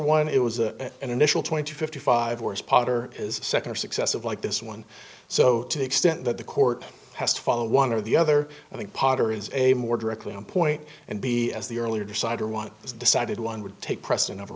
one it was an initial twenty fifty five or so potter is second or successive like this one so to the extent that the court has to follow one or the other i think potter is a more directly on point and b as the earlier decider one is decided one would take precedent over